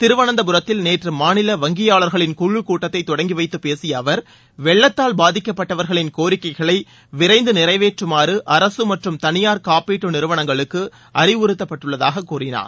திருவனந்தபுரத்தில் நேற்று மாநில வங்கியாளர்களின் குழுக் கூட்டத்தை தொடங்கி வைத்து பேசிய அவர் வெள்ளத்தால் பாதிக்கப்பட்டவர்களின் கோரிக்கைகளை விரைந்து நிறைவேற்றமாறு அரசு மற்றும் தனியார் காப்பீடு நிறுவனங்களுக்கு அறிவுறுத்தப்பட்டுள்ளதாக கூறினார்